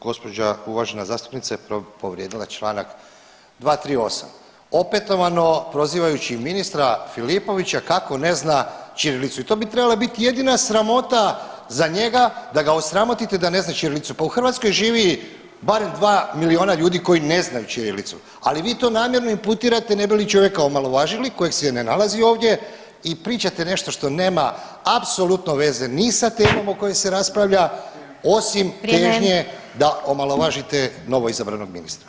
Gđa. uvažena zastupnica je povrijedila čl. 238., opetovano prozivajući ministra Filipovića kako ne zna ćirilicu i to bi trebala bit jedina sramota za njega da ga osramotite da ne zna ćirilicu, pa u Hrvatskoj živi barem dva milijuna ljudi koji ne znaju ćirilicu, ali vi to namjerno imputirate ne bi li čovjeka omalovažili koji se ne nalazi ovdje i pričate nešto što nema apsolutno veze ni sa temom o kojoj se raspravlja osim težnje da omalovažite novoizabranog ministra.